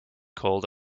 called